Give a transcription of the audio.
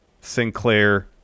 Sinclair